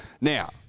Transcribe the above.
Now